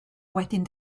wedyn